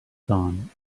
dawn